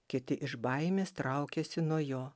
kiti iš baimės traukiasi nuo jo